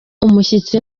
umushyitsi